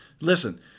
Listen